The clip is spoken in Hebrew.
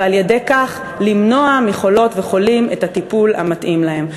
ועל-ידי כך למנוע מחולות וחולים את הטיפול המתאים להם.